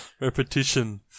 Repetition